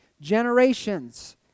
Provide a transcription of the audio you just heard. Generations